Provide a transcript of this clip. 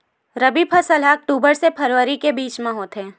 रबी फसल हा अक्टूबर से फ़रवरी के बिच में होथे